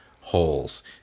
holes